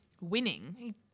winning